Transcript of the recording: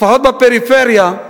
לפחות בפריפריה,